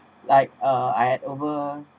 like uh I had over